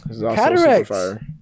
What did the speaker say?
Cataracts